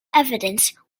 evidence